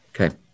Okay